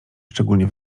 szczególnie